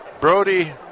Brody